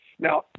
Now